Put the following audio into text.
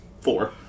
four